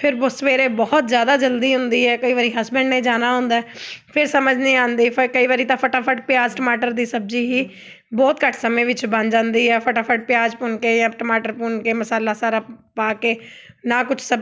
ਫਿਰ ਉਹ ਸਵੇਰੇ ਬਹੁਤ ਜ਼ਿਆਦਾ ਜਲਦੀ ਹੁੰਦੀ ਹੈ ਕਈ ਵਾਰੀ ਹਸਬੈਂਡ ਨੇ ਜਾਣਾ ਹੁੰਦਾ ਫਿਰ ਸਮਝ ਨਹੀਂ ਆਉਂਦੀ ਫਿਰ ਕਈ ਵਾਰੀ ਤਾਂ ਫਟਾਫਟ ਪਿਆਜ਼ ਟਮਾਟਰ ਦੀ ਸਬਜ਼ੀ ਹੀ ਬਹੁਤ ਘੱਟ ਸਮੇਂ ਵਿੱਚ ਬਣ ਜਾਂਦੀ ਹੈ ਫਟਾਫਟ ਪਿਆਜ਼ ਭੁੰਨ ਕੇ ਜਾਂ ਟਮਾਟਰ ਭੁੰਨ ਕੇ ਮਸਾਲਾ ਸਾਰਾ ਪਾ ਕੇ ਨਾਲ ਕੁਛ